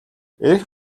эрх